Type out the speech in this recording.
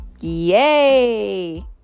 yay